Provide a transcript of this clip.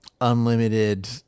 unlimited